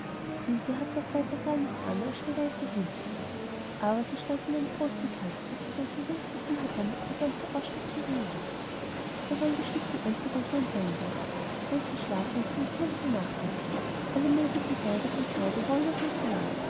diese hatten auch weiter gar nichts an als schneeweiße hemdchen aber sie standen in einem großen kasten in welchem rings um sie herum ihre ganze ausstaffierung lag da waren gestickte unterröcke und beinkleider weiße schlafhemden und zierliche nachthäubchen alle möglichen kleider von seide wolle und